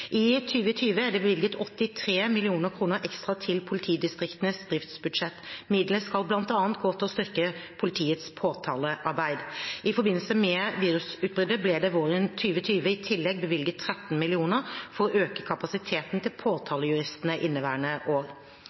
I 2020 er det bevilget 83 mill. kr ekstra til politidistriktenes driftsbudsjett. Midlene skal bl.a. gå til å styrke politiets påtalearbeid. I forbindelse med virusutbruddet ble det våren 2020 i tillegg bevilget 13 mill. kr for å øke kapasiteten til påtalejuristene i inneværende år.